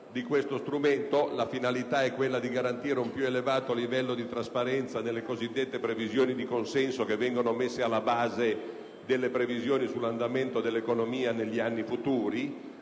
proposta emendativa. La finalità è quella di garantire un più elevato livello di trasparenza delle cosiddette previsioni di consenso che vengono messe alla base delle previsioni sull'andamento dell'economia negli anni futuri.